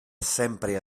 sempre